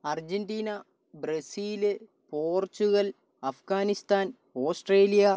Argentina Brazil Portugal Afghanistan Australia